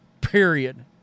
period